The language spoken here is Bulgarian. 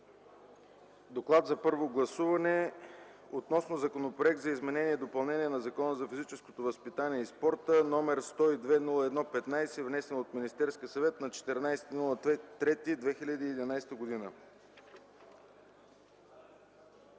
„ДОКЛАД за първо гласуване относно Законопроект за изменение и допълнение на Закона за физическото възпитание и спорта № 102 01-15, внесен от Министерския съвет на 14 март 2011 г.